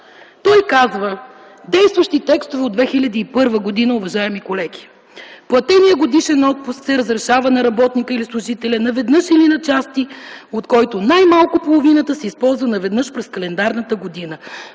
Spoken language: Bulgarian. Той казва (действащи текстове от Кодекса от 2001 г.): „Платеният годишен отпуск се разрешава на работника или служителя наведнъж или на части, от който най-малко половината се използва на веднъж през календарната година.”.